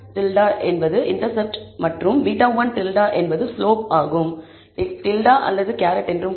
β̂0 என்பது இண்டெர்செப்ட் மற்றும் β̂1 என்பது ஸ்லோப் ஆகும்